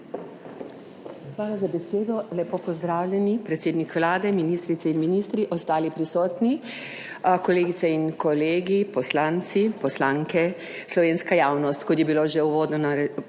Hvala za besedo. Lepo pozdravljeni, predsednik Vlade, ministrice in ministri, ostali prisotni, kolegice in kolegi, poslanci, poslanke, slovenska javnost. Kot je bilo že uvodoma,